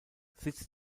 sitz